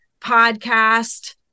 podcast